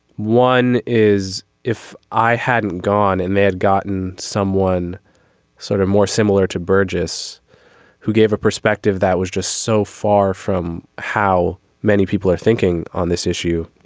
one is if i hadn't gone and they had gotten someone sort of more similar to burgess who gave a perspective that was just so far from how many people are thinking on this issue